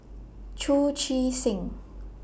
Chu Chee Seng